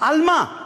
על מה?